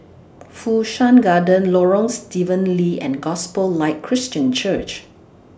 Fu Shan Garden Lorong Stephen Lee and Gospel Light Christian Church